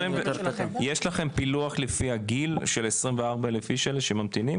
יש לכם פילוח לפי הגיל של 24 אלף איש האלה שממתינים?